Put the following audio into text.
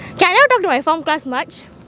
okay I never talk to my form class much